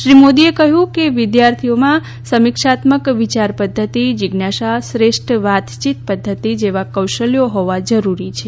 શ્રી મોદીએ કહયું કે વિદ્યાર્થીમાં સમીક્ષાત્મક વિયાર પધ્ધતિ જીજ્ઞાસા શ્રેષ્ઠ વાતચીત પધ્ધતી જેવા કૌશલ્યો હોવા જરૂરી છે